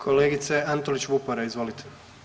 Kolegice Antolić Vupora, izvolite.